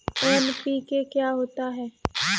NPK क्या होता है?